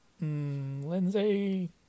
Lindsay